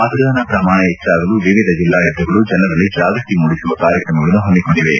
ಮತದಾನ ಪ್ರಮಾಣ ಹೆಚ್ಚಾಗಲು ವಿವಿಧ ಜಿಲ್ಲಾಡಳಿತಗಳು ಜನರಲ್ಲಿ ಜಾಗೃತಿ ಮೂಡಿಸುವ ಕಾರ್ಯಕ್ರಮಗಳನ್ನು ಹಮ್ಮಿಕೊಂಡಿವೆ